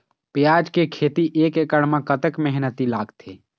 प्याज के खेती एक एकड़ म कतक मेहनती लागथे?